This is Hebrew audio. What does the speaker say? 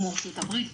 כמו ארה"ב,